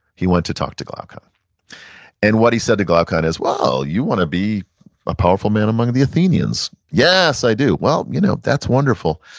he went to talk to glaucon and what he said to glaucon is well, you want to be a powerful man among the athenians. yes, i do. well, you know that's wonderful.